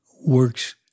works